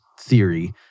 theory